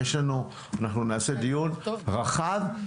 אנחנו נעשה דיון רחב,